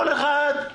כל אחד,